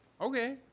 Okay